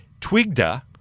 Twigda